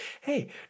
Hey